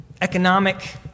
Economic